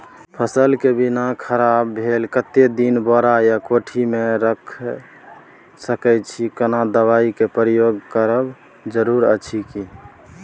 फसल के बीना खराब भेल कतेक दिन बोरा या कोठी मे रयख सकैछी, कोनो दबाईयो के प्रयोग करब जरूरी अछि की?